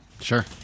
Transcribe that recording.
Sure